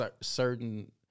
certain